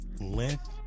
length